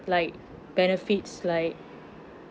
like benefits like